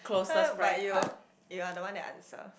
!huh! but you you are the one that answer